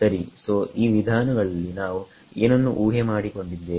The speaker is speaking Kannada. ಸರಿ ಸೋಈ ವಿಧಾನಗಳಲ್ಲಿ ನಾವು ಏನನ್ನು ಊಹೆ ಮಾಡಿಕೊಂಡಿದ್ದೇವೆ